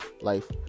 life